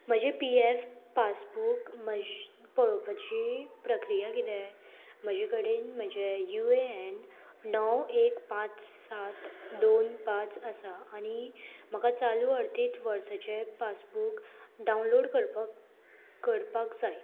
म्हजें P F passbook म्हज पळोवपाची प्रक्रिया किदें म्हजे कडेन म्हजें यु एन णव एक पांच सात दोन पांच आसा आनी म्हाका चालू अर्थीत वर्साचें पासबूक डावनलोड करपाक करपाक जाय